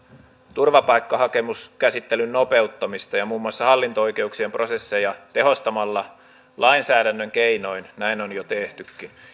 turvapaikkahakemuskäsittelyn nopeuttamista ja muun muassa hallinto oikeuksien prosesseja tehostamalla lainsäädännön keinoin näin on jo tehtykin